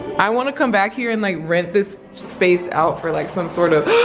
i wanna come back here and like rent this space out for like some sort of, oh.